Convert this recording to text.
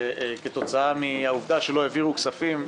כתוצאה מהעובדה שלא העבירו כספים.